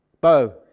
Bo